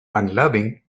unloving